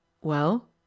well